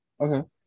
Okay